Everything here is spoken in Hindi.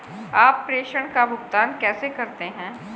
आप प्रेषण का भुगतान कैसे करते हैं?